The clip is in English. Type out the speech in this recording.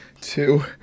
two